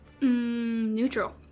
Neutral